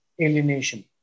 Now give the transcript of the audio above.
alienation